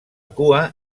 cua